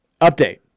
Update